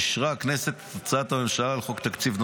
אישרה הכנסת את הצעת הממשלה לחוק תקציב נוסף,